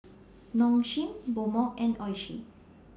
Nong Shim Mobot and Oishi